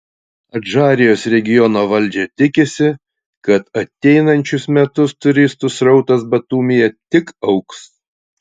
adžarijos regiono valdžia tikisi kad ateinančius metus turistų srautas batumyje tik augs